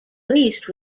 least